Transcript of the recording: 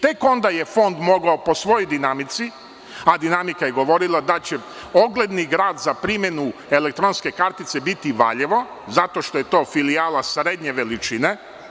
Tek onda je Fond mogao po svojoj dinamici, a dinamika je govorila da će ogledni grad za primenu elektronske kartice biti Valjevo, zato što je to filijala srednje veličine.